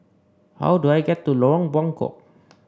how do I get to Lorong Buangkok